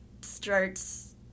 starts